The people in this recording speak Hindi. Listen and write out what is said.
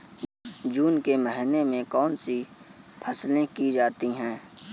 जून के माह में कौन कौन सी फसलें की जाती हैं?